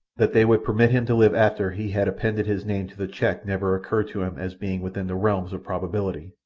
that they would permit him to live after he had appended his name to the cheque never occurred to him as being within the realms of probability.